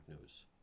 news